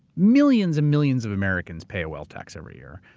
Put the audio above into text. millions and millions of americans pay a wealth tax every year.